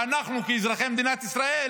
שאנחנו כאזרחי מדינת ישראל